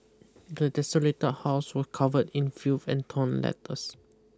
the desolated house was covered in filth and torn letters